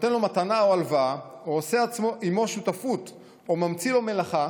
ונותן לו מתנה או הלוואה או עושה עימו שותפות או ממציא לו מלאכה